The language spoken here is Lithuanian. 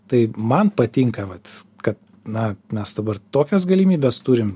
tai man patinka vat kad na mes dabar tokias galimybes turim